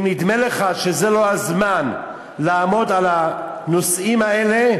אם נדמה לך שזה לא הזמן לעמוד על הנושאים האלה,